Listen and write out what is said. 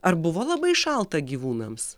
ar buvo labai šalta gyvūnams